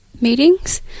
meetings